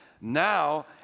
Now